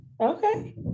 Okay